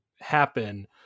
happen